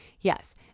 yes